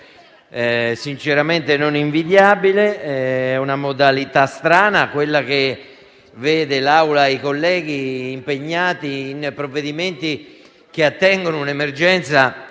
sinceramente non invidiabile. È una modalità strana quella che vede l'Assemblea e i colleghi impegnati in provvedimenti che attengono a un'emergenza